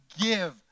give